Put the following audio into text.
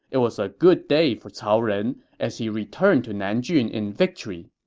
it was a good day for cao ren as he returned to nanjun in victory.